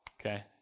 okay